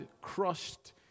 crushed